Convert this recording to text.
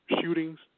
shootings